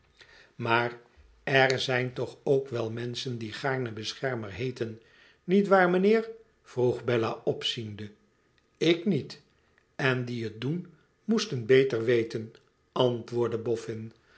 maar er zijn toch wel menschen die gaarne beschermer heeten niet waar mijnheer vroeg bella opziende ik niet n di e het doen moesten beter weten antwoordde